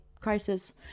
crisis